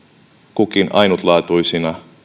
kutakin ainutlaatuisena